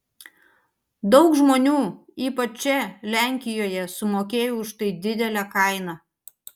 daug žmonių ypač čia lenkijoje sumokėjo už tai didelę kainą